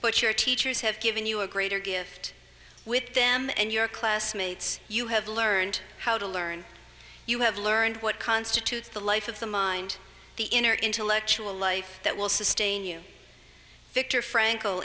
but your teachers have given you a greater gift with them and your classmates you have learned how to learn you have learned what constitutes the life of the mind the inner intellectual life that will sustain you victor frank